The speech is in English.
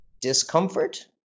discomfort